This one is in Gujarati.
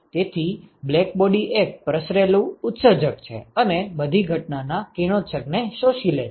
તેથી બ્લેકબોડી એક પ્રસરેલું ઉત્સર્જક છે અને બધી ઘટનાના કિરણોત્સર્ગ ને શોષી લે છે